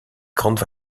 grandes